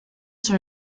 sur